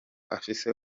afise